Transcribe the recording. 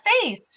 face